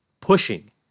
pushing